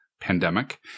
pandemic